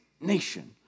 nation